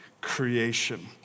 creation